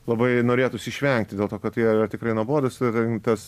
labai norėtųsi išvengti dėl to kad tai yra tikrai nuobodūs ir tas